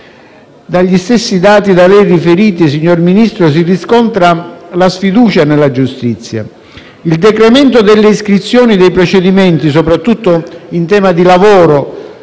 Dagli stessi dati da lei riferiti, signor Ministro, si riscontra la sfiducia nella giustizia. Il decremento delle iscrizioni dei procedimenti, soprattutto in tema di lavoro,